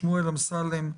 שמואל אמסלם,